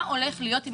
מה הולך להיות עם